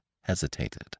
hesitated